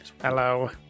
Hello